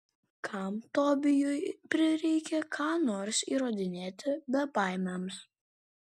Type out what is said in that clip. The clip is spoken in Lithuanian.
kam tobijui prireikė ką nors įrodinėti bebaimiams